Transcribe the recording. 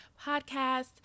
podcast